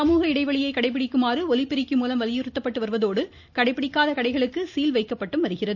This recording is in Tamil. சமூக இடைவெளியை கடைபிடிக்குமாறு ஒலிபெருக்கி மூலம் வலியுறுத்தப்பட்டு வருவதோடு கடைபிடிக்காத கடைகளுக்கு சீல் வைக்கப்பட்டும் வருகிறது